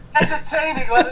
entertaining